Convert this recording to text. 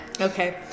Okay